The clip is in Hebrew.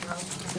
הישיבה ננעלה בשעה